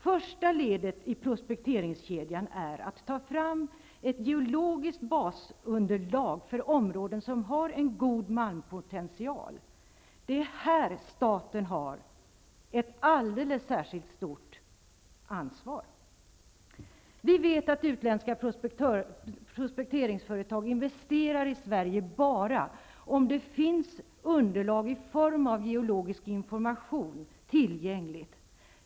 Första ledet i prospekteringskedjan är att ta fram ett geologiskt basunderlag för områden som har en god malmpotential Det är här staten har ett alldeles särskilt stort ansvar. Vi vet att utländska prospekteringsföretag investerar i Sverige bara om underlag i form av geologisk information finns tillgängligt.